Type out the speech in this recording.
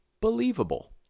believable